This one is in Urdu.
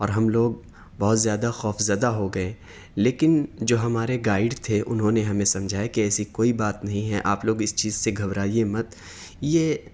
اور ہم لوگ بہت زیادہ خوف زدہ ہو گئے لیکن جو ہمارے گائڈ تھے انہوں نے ہمیں سمجھایا کہ ایسی کوئی بات نہیں ہے آپ لوگ اس چیز سے گھبرائیے مت یہ